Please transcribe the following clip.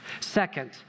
Second